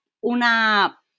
Una